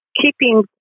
keeping